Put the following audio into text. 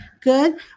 Good